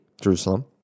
Jerusalem